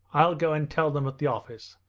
i'll go and tell them at the office,